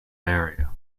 area